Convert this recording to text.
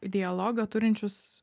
dialogą turinčius